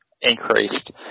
increased